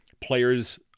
players